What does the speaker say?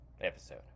episode